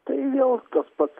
tai vėl tas pats